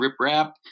riprap